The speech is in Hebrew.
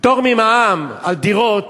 פטור ממע"מ על דירות,